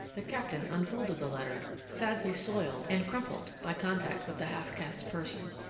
the captain unfolded the letter, sadly soiled and crumpled by contact with the half-caste's person.